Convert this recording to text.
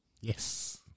yes